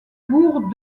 bourg